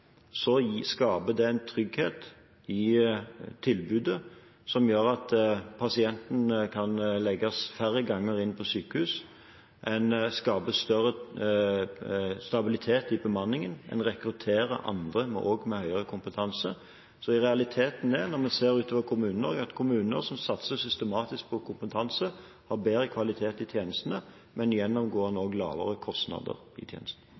skaper det en trygghet i tilbudet som gjør at pasienten kan legges færre ganger inn på sykehus, en skaper større stabilitet i bemanningen, en rekrutterer også andre med høyere kompetanse, så realiteten er når vi ser utover Kommune-Norge, at kommuner som satser systematisk på kompetanse, har bedre kvalitet i tjenestene, med gjennomgående og lavere kostnader i tjenestene.